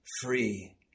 free